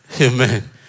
Amen